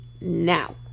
Now